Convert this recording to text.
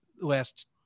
last